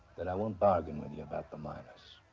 that. i won't bargain with you about the miners.